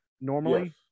normally